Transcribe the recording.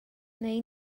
neu